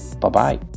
Bye-bye